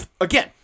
Again